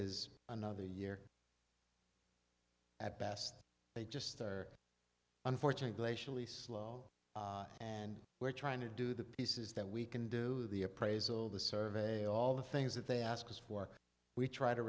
is another year at best they just are unfortunate glacially slow and we're trying to do the pieces that we can do the appraisal the survey all the things that they ask us for we try to